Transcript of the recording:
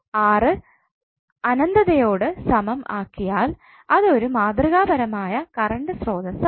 R അനന്തതയോട് സമം ആക്കിയാൽ അത് ഒരു മാതൃകാപരമായ കറണ്ട് സ്രോതസ്സ് ആകും